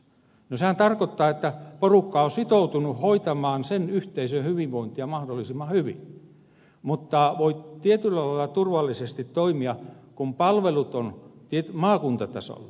no sehän tarkoittaa että porukka on sitoutunut hoitamaan sen yhteisön hyvinvointia mahdollisimman hyvin mutta voi tietyllä tavalla turvallisesti toimia kun palvelut ovat maakuntatasolla